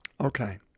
Okay